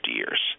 years